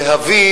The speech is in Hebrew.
להביא